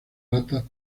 ratas